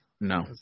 No